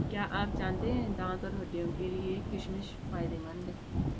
क्या आप जानते है दांत और हड्डियों के लिए किशमिश फायदेमंद है?